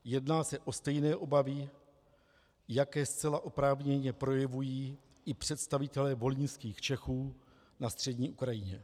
Jedná se o stejné obavy, jaké zcela oprávněně projevují i představitelé volyňských Čechů na střední Ukrajině.